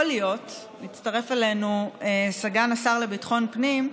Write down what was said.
מצטרף אלינו סגן השר לביטחון פנים,